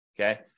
Okay